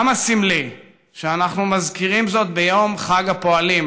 כמה סמלי שאנחנו מזכירים זאת ביום חג הפועלים,